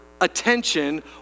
attention